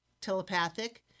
telepathic